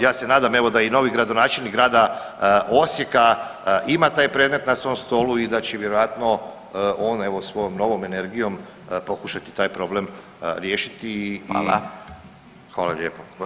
Ja se nadam da i novi gradonačelnik grada Osijeka ima taj predmet na svom stolu i da će vjerojatno on svojom novom energijom pokušati taj problem riješiti [[Upadica Radin: Hvala.]] Hvala lijepo.